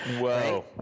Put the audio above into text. Whoa